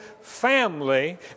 family